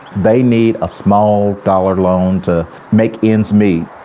they need a small dollar loan to make ends meet.